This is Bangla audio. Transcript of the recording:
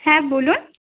হ্যাঁ বলুন